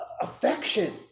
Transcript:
affection